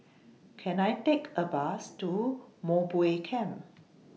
Can I Take A Bus to Mowbray Camp